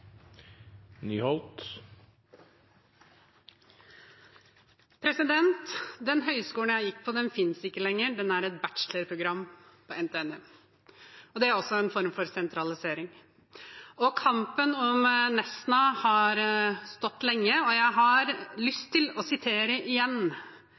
et bachelorprogram på NTNU. Det er også en form for sentralisering. Kampen om Nesna har stått lenge, og jeg har